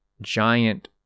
giant